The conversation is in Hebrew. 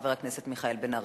חבר הכנסת מיכאל בן-ארי.